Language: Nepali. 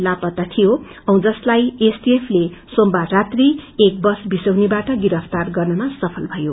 लापत्ता थियो औ जसलाई एसटिएफ ले सोमबार रात्रि एक बस स्टपबाट गिरफ्तार गर्नमा सफल भयो